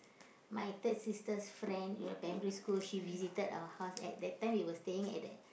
my third sister's friend you know primary school he visited our house at that time we were staying at that